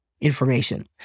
information